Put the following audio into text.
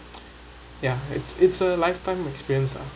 ya it's it's a lifetime experience lah